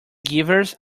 givers